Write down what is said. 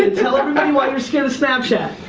ah tell everybody why you're scared of snapchat?